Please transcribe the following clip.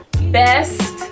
best